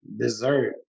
dessert